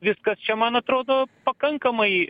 viskas čia man atrodo pakankamai